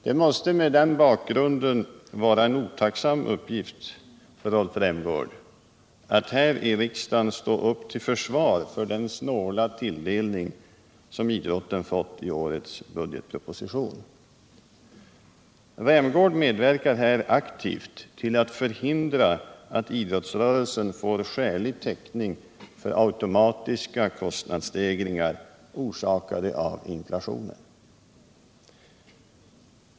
Det måste mot den bakgrunden vara en otacksam uppgift för Rolf Rämgård att häri riksdagen stå upp till försvar för den snåla tilldelning som idrotten fått i årets budgetproposition. Rolf Rämgård medverkar här aktivt till att förhindra att idrottsrörelsen får skälig täckning för automatiska kostnadsstegringar, orsakade av inflationen.